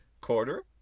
Quarter